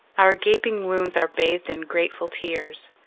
our gaping wounds are bathed in grateful tears.